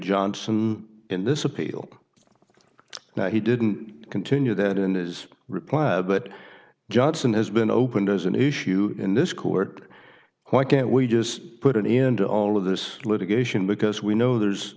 johnson in this appeal now he didn't continue that in his reply but johnson has been opened as an issue in this court why can't we just put an end to all of this litigation because we know there's